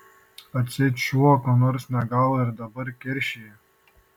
atseit šuo ko nors negavo ir dabar keršija